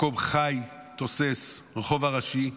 מקום חי, תוסס, ברחוב הראשי,